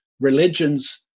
religions